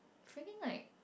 freaking like